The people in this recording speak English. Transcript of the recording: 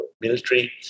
military